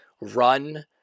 run